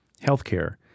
healthcare